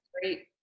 great